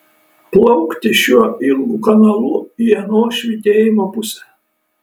plaukti šiuo ilgu kanalu į ano švytėjimo pusę